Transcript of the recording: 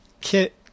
Kit